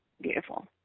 beautiful